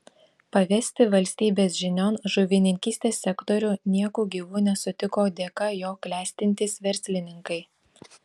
pavesti valstybės žinion žuvininkystės sektorių nieku gyvu nesutiko dėka jo klestintys verslininkai